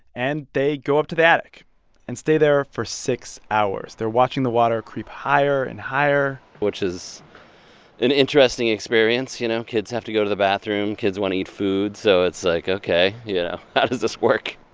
and they go up to the attic and stay there for six hours. they're watching the water creep higher and higher which is an interesting experience. you know, kids have to go to the bathroom. kids want to eat food. so it's like, ok, you know, how does this work?